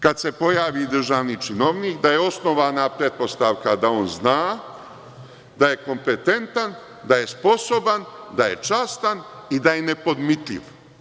Kada se pojavi državni činovnik onda je osnovana pretpostavka da on zna, da je kompetentan, da je sposoban, da je častan i da je nepodmitljiv.